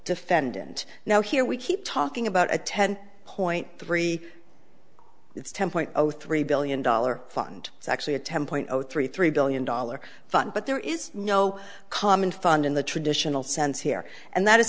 defendant now here we keep talking about a ten point three it's ten point zero three billion dollars fund it's actually a template zero three three billion dollars fund but there is no common fund in the traditional sense here and that is